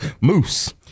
Moose